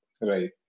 Right